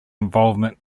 involvement